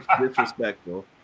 disrespectful